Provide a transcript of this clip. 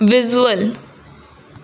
visual